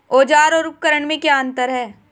औज़ार और उपकरण में क्या अंतर है?